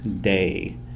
day